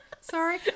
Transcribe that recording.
Sorry